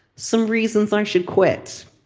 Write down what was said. some reasons i should quit.